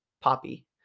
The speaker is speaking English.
poppy